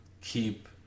keep